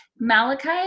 Malachi